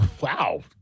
Wow